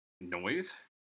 noise